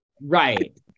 Right